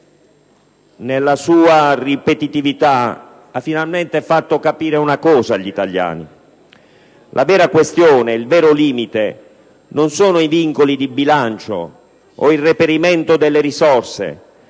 nella sua ripetitività, ha finalmente fatto capire una cosa agli italiani: la vera questione, il vero limite non sono i vincoli di bilancio o il reperimento delle risorse,